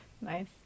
Nice